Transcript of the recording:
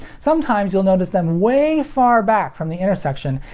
sometimes you'll notice them way far back from the intersection,